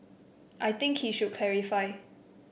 I think he should clarify